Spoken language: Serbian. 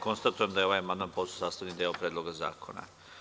Konstatujem da je ovaj amandman postao sastavni deo Predloga zakona.